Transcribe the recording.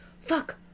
fuck